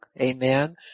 amen